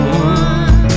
one